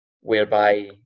whereby